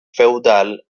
feudal